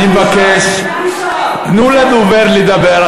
אני מבקש, תנו לדובר לדבר.